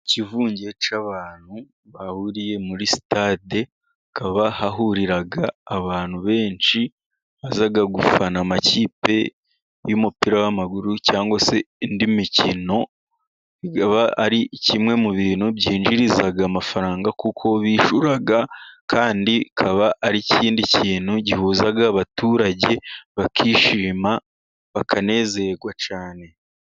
Ikivunge cy'abantu bahuriye muri sitade, hakaba hahurira abantu benshi baza gufana amakipe y'umupira w'amaguru cyangwa se indi mikino, kikaba ari kimwe mu bintu byinjiza amafaranga kuko bishyura, kandi kikaba ari ikindi kintu gihuza abaturage bakishima bakanezerwa cyane.